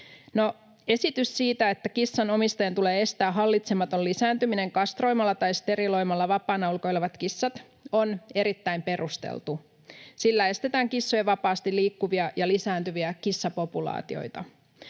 Esitys siitä, että kissan omistajan tulee estää hallitsematon lisääntyminen kastroimalla tai steriloimalla vapaana ulkoilevat kissat, on erittäin perusteltu. Sillä estetään vapaasti liikkuvia ja lisääntyviä kissapopulaatioita.